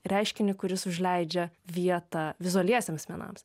reiškinį kuris užleidžia vietą vizualiesiems menams